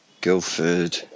Guildford